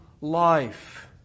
life